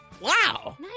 Wow